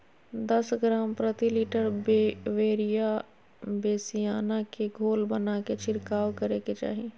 दस ग्राम प्रति लीटर बिवेरिया बेसिआना के घोल बनाके छिड़काव करे के चाही